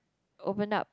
opened up